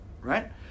Right